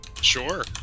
sure